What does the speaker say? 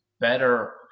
better